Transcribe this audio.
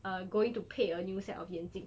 uh going to 配 a new set of 眼镜